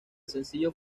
sencillo